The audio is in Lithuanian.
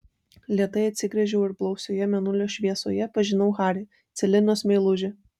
lėtai atsigręžiau ir blausioje mėnulio šviesoje pažinau harį celinos meilužį